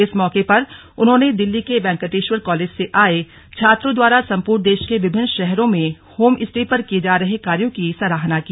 इस मौके पर उन्होंने दिल्ली के वेंकटेश्वर कॉलेज से आए छात्रों द्वारा सम्पूर्ण देश के विभिन्न शहरों में होम स्टे पर किए जा रहे कार्यो की सराहना की